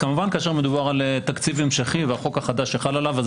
כמובן כאשר מדובר על תקציב המשכי והחוק החדש חל עליו,